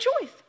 choice